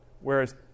Whereas